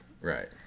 Right